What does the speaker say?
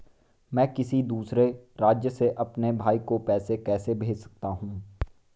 मैं किसी दूसरे राज्य से अपने भाई को पैसे कैसे भेज सकता हूं?